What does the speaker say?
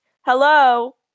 Hello